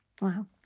Wow